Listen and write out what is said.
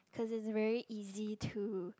cause it's very easy to